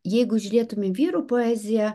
jeigu žiūrėtume vyrų poeziją